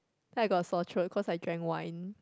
then I got a sore throat cause I drank wine